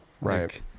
right